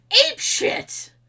apeshit